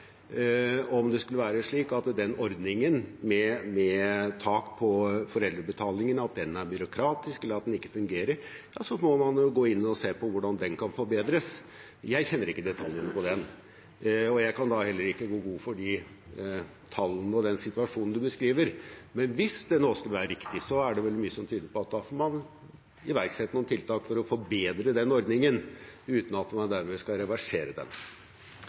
Om det skulle være slik at ordningen med tak på foreldrebetalingen er byråkratisk eller ikke fungerer, får man jo gå inn og se på hvordan den kan forbedres. Jeg kjenner ikke detaljene i den, og jeg kan da heller ikke gå god for de tallene og den situasjonen som beskrives. Men hvis det nå skal være riktig, er det mye som tyder på at da får man iverksette noen tiltak for å forbedre ordningen, uten at man dermed skal reversere den.